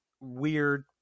weird